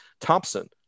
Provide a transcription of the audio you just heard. Thompson